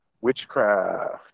Witchcraft